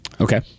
okay